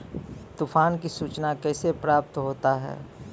तुफान की सुचना कैसे प्राप्त होता हैं?